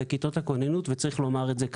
זה כיתות הכוננים וצריך לומר את זה כאן.